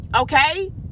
okay